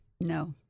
No